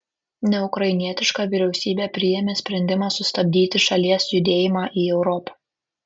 neukrainietiška vyriausybė priėmė sprendimą sustabdyti šalies judėjimą į europą